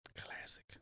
classic